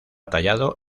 tallado